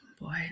Boy